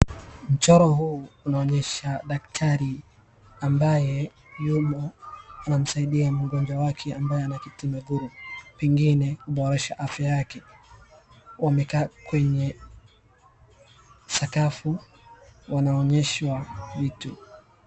Mchoro huu unaonyesha daktari ambaye yumo, anamsaidia mgonjwa wake ambaye anaketi miguni, pengine kuboresha afya yake. Wamekaa kwenye sakafu wanaonyeshwa vitu.